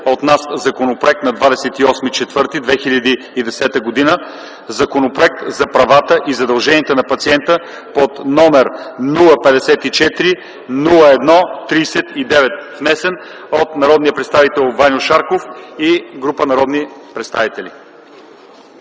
оттеглям внесения на 28.04.2010 г. Законопроект за правата и задълженията на пациента, № 054-01-39, внесен от народния представител Ваньо Шарков и група народни представители.”